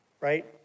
right